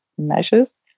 measures